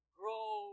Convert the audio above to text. grow